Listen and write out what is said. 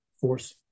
force